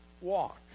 walk